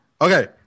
okay